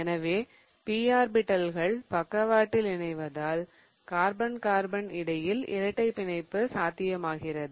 எனவே p ஆர்பிடல்கள் பக்கவாட்டில் இணைவதால் கார்பன் கார்பன் இடையில் இரட்டைப் பிணைப்பு சாத்தியமாகிறது